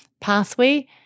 pathway